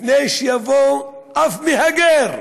לפני שיבוא מהגר.